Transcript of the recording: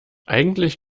eigentlich